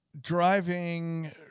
driving